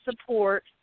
support